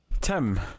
Tim